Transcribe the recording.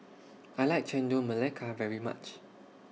I like Chendol Melaka very much